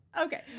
Okay